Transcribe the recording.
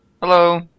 Hello